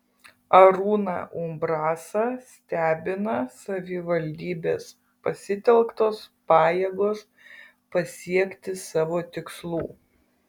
arūną umbrasą stebina savivaldybės pasitelktos pajėgos pasiekti savo tikslų